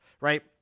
right